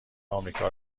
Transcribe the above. آمریکا